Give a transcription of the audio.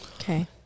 Okay